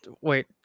Wait